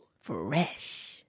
Fresh